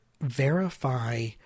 verify